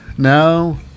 Now